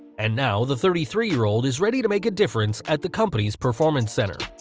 and now the thirty three year old is ready to make a difference at the company's performance center.